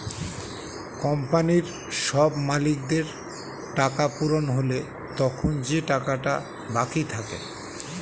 কোম্পানির সব মালিকদের টাকা পূরণ হলে তখন যে টাকাটা বাকি থাকে